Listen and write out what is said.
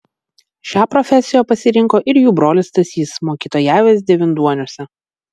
šią profesiją pasirinko ir jų brolis stasys mokytojavęs devynduoniuose